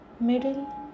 middle